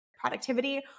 productivity